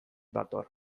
dator